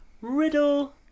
Riddle